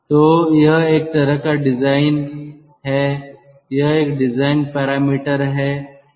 तो यह एक तरह का डिज़ाइन है यह एक डिज़ाइन पैरामीटर है